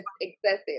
excessive